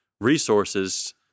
resources